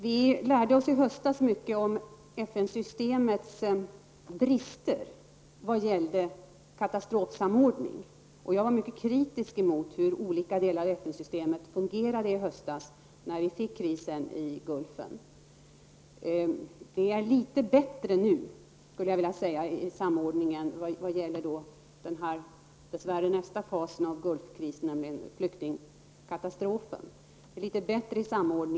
Vi lärde oss i höstas mycket om de brister som finns i FN-systemet när det gäller katastrofsamordning. Jag var mycket kritisk mot hur olika delar av FN systemet fungerade i höstas i samband med krisen i Gulfen. Samordningen har blivit litet bättre nu när det gäller nästa fas i Gulfkrisen, nämligen flyktingkatastrofen.